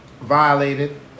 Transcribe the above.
violated